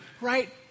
right